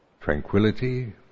tranquility